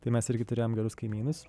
tai mes irgi turėjom gerus kaimynus